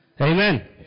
Amen